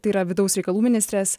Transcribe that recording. tai yra vidaus reikalų ministrės